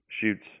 shoots